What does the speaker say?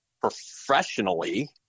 professionally